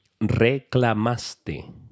reclamaste